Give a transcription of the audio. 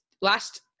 last